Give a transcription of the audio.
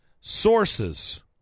Sources